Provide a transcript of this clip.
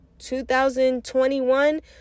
2021